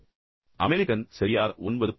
ஆனால் அமெரிக்கன் சரியாக 9